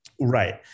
Right